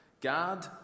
God